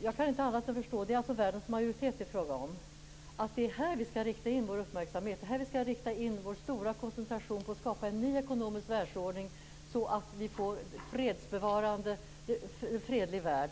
Jag kan inte förstå annat än att det är hit - det är alltså en majoritet av världens länder det är fråga om - som vi skall rikta vår uppmärksamhet. Det är här vi skall koncentrera oss på att skapa en ny ekonomisk världsordning så att vi får en fredlig värld.